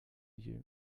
you